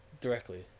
directly